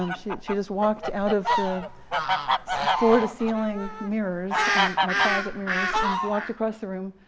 um she she just walked out of the floor-to-ceiling mirrors my closet mirrors and walked across the room,